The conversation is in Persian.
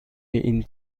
این